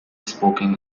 spoken